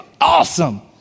awesome